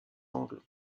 angles